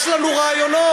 יש לנו רעיונות.